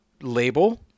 label